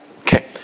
Okay